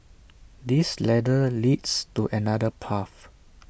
this ladder leads to another path